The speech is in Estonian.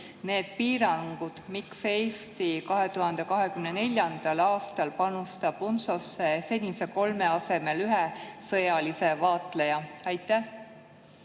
need piirangud, miks Eesti 2024. aastal panustab UNTSO-sse senise kolme asemel ühe sõjalise vaatleja? Aitäh,